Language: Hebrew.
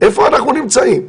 איפה אנחנו נמצאים?